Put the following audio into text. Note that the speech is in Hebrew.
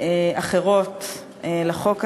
אחרות לחוק הזה,